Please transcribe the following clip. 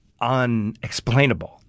unexplainable